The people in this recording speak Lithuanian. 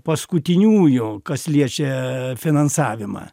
paskutiniųjų kas liečia finansavimą